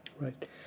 Right